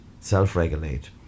self-regulate